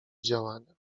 działania